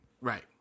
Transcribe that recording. Right